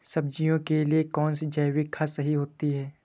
सब्जियों के लिए कौन सी जैविक खाद सही होती है?